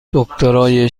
دکترای